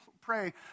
pray